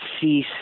Cease